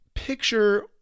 picture